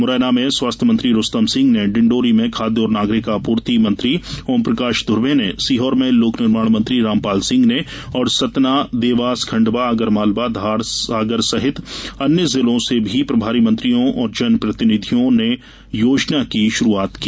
मुरैना में स्वास्थ्य मंत्री रूस्तम सिंह ने डिंडोरी में खाद्य और नागरिक आपूर्ति मंत्री ओमप्रकाश धूर्वे ने सीहोर में लोक निर्माण मंत्री रामपाल सिंह ने और सतनादेवासखंडवाआगरमालवाधारसागर सहित अन्य जिलों में प्रभारी मंत्रियों और जनप्रतिनिधियों ने योजना की शुरूआत की